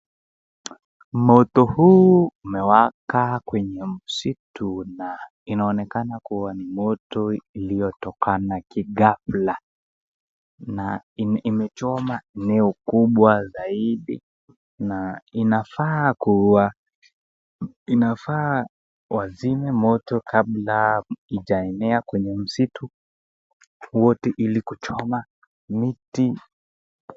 Moto huu umewaka kwenye msitu na inaonekana kuwa ni moto iliyotokana kigafla na imechoma eneo kubwa zaidi na inafaa kuwa inafaa wazime moto kabla ijaenea kwenye msitu wote ili kuchoma miti.